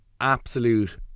absolute